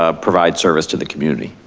ah provide service to the community.